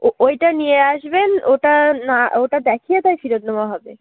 ও ওইটা নিয়ে আসবেন ওটা না ওটা দেখিয়ে তাই ফেরত নেওয়া হবে